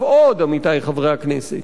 יורחב עוד, עמיתי חברי הכנסת.